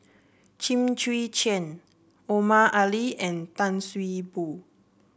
Lim Chwee Chian Omar Ali and Tan See Boo